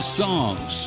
songs